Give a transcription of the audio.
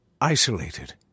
isolated